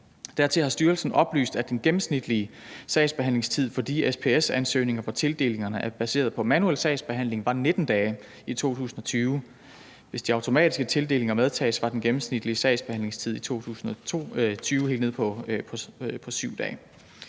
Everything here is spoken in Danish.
Dertil har styrelsen oplyst, at den gennemsnitlige sagsbehandlingstid for de SPS-ansøgninger, hvor tildelingerne er baseret på en manuel sagsbehandling, i 2020 var 19 dage. Hvis de automatiske tildelinger medtages, var den gennemsnitlige sagsbehandlingstid i 2020 helt nede på 7 dage.